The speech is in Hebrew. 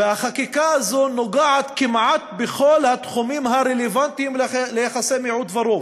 והחקיקה הזאת נוגעת כמעט בכל התחומים הרלוונטיים ליחסי מיעוט ורוב.